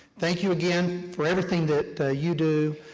thank you again for everything that you do,